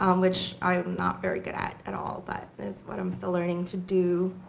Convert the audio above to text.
um which i'm not very good at at all, but it is what i'm still learning to do.